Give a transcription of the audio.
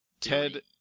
Ted